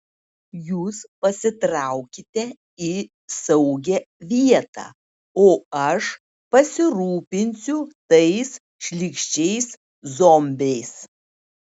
jūs pasitraukite į saugią vietą o aš pasirūpinsiu tais šlykščiais zombiais